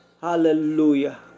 hallelujah